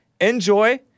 Enjoy